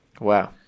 Wow